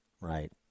Right